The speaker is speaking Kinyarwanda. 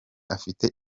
afite